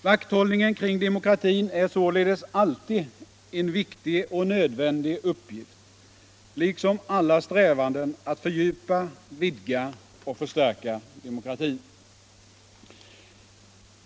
Vakthållningen kring demokratin är således alltid en viktig och nödvändig uppgift, liksom alla strävanden att fördjupa, vidga och förstärka demokratin.